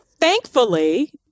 Thankfully